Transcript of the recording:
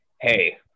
Hey